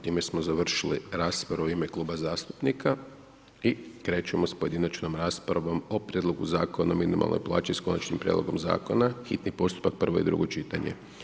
Time smo završili raspravu u ime kluba zastupnika i krećemo s pojedinačnom raspravom o prijedlogu Zakona o minimalnoj plaći s Konačnim prijedloga Zakona, hitni postupak, prvo i drugo čitanje.